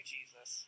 Jesus